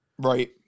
right